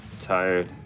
Tired